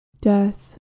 death